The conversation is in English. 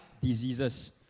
diseases